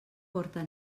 porta